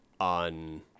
on